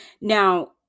now